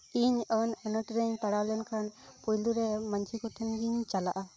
ᱤᱧ ᱟᱹᱱ ᱟᱹᱱᱟᱹᱴ ᱨᱮᱧ ᱯᱟᱲᱟᱣ ᱞᱮᱱᱠᱷᱟᱱ ᱯᱳᱭᱞᱳᱨᱮ ᱢᱟᱺᱡᱷᱤ ᱠᱚ ᱴᱷᱮᱱᱜᱤᱧ ᱪᱟᱞᱟᱜᱼᱟ